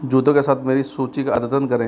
जूतों के साथ मेरी सूचि का अद्यतन करें